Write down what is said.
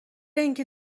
اینکه